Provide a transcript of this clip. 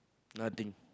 nothing